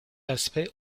aspect